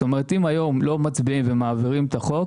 זאת אומרת שאם היום לא מצביעים ומעבירים את החוק,